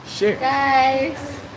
Guys